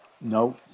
No